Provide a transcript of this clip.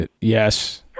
Yes